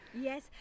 yes